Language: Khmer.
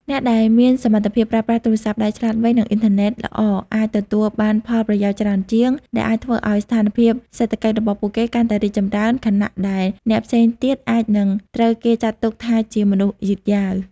អ្នកដែលមានសមត្ថភាពប្រើប្រាស់ទូរស័ព្ទដៃឆ្លាតវៃ និងអ៊ីនធឺណិតល្អអាចទទួលបានផលប្រយោជន៍ច្រើនជាង ដែលអាចធ្វើឱ្យស្ថានភាពសេដ្ឋកិច្ចរបស់ពួកគេកាន់តែរីកចម្រើន ខណៈដែលអ្នកផ្សេងទៀតអាចនឹងត្រូវគេចាត់ទុកថាជាមនុស្សយឺតយ៉ាវ។